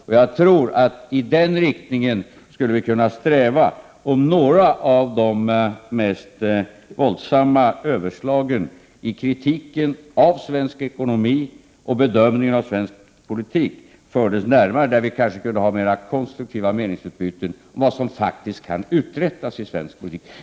Och jag tror att i den riktningen skulle vi kunna sträva, om några av de mest våldsamma överslagen i kritiken av svensk ekonomi och bedömningen av svensk politik fördes närmare den punkt där vi kunde ha mera konstruktiva meningsutbyten om vad som faktiskt kan uträttas i svensk politik.